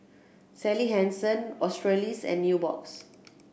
Sally Hansen Australis and Nubox